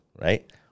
Right